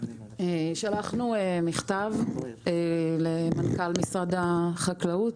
שלחנו מכתב למנכ"ל משרד החקלאות.